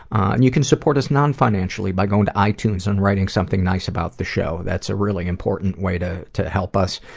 and you can support us non-financially by going to itunes, and writing something nice about the show. that's a really important way to to help us,